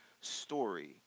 story